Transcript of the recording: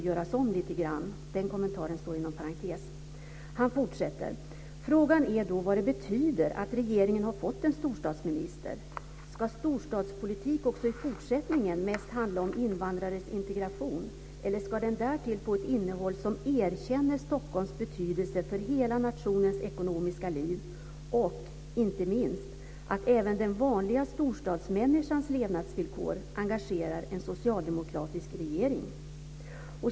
Frågan är då vad det betyder att regeringen fått en storstadsminister? Ska 'storstadspolitik' också i fortsättningen mest handla om invandrares integration eller ska den därtill få ett innehåll som erkänner Stockholms betydelse för hela nationens ekonomiska liv och, inte minst, att även den vanliga storstadsmänniskans levnadsvillkor engagerar en socialdemokratisk regering?"